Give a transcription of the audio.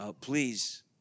Please